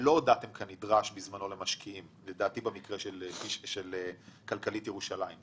שלא הודעתם כנדרש למשקיעים לדעתי במקרה של כלכלית ירושלים.